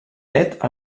net